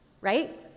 Right